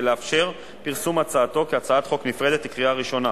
לאפשר פרסום הצעתו כהצעת חוק נפרדת לקריאה ראשונה,